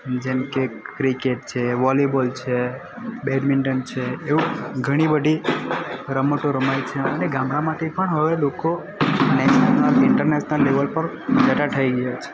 જેમકે ક્રિકેટ છે વોલીબોલ છે બેડમિન્ટન છે એવું ઘણી બધી રમતો રમાય છે અને ગામડામાંથી પણ હવે લોકો નેશનલ ઇન્ટરનેશનલ લેવલ પર જતા થઈ ગયા છે